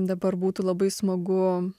dabar būtų labai smagu